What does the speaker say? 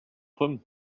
him